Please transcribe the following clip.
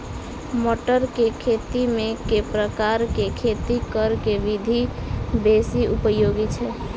मटर केँ खेती मे केँ प्रकार केँ खेती करऽ केँ विधि बेसी उपयोगी छै?